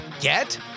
get